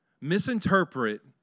misinterpret